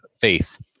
faith